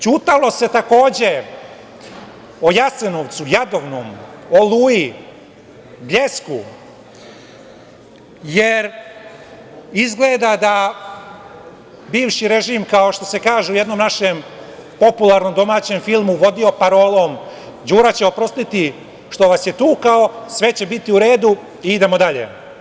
Ćutalo se takođe, o Jasenovcu, Jadovnom, Oluji, Bljesku, jer izgleda da bivši režim, kao što se kaže u jednom našem popularnom domaćem filmu, vodio parolom „Đura će oprostiti što vas je tukao“, sve će biti u redu, idemo dalje.